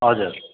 हजुर